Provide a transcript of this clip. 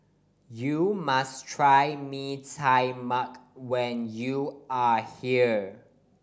you must try Mee Tai Mak when you are here